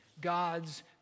God's